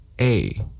A-